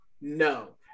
no